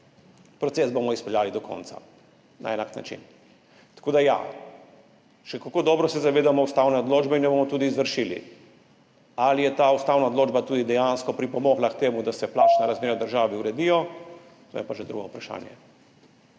proces bomo izpeljali do konca na enak način. Tako da ja, še kako dobro se zavedamo ustavne odločbe in jo bomo tudi izvršili. Ali je ta ustavna odločba tudi dejansko pripomogla k temu, da se plačna razmerja v državi uredijo, to je pa že drugo vprašanje.